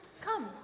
Come